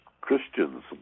Christians